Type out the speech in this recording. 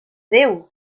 déu